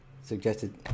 suggested